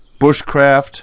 Bushcraft